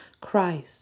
Christ